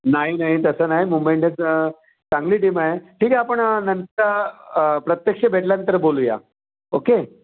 नाही नाही तसं नाही मुंबई इंडियन्स चांगली टीम आहे ठीक आहे आपण नंत प्रत्यक्ष भेटल्यानंतर बोलूया ओके